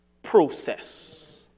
Process